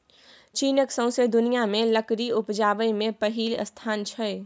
चीनक सौंसे दुनियाँ मे लकड़ी उपजाबै मे पहिल स्थान छै